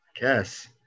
Guess